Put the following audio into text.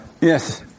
Yes